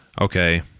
okay